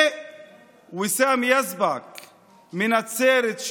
ויסאם יזבק מנצרת,